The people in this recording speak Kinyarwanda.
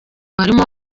harimo